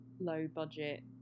low-budget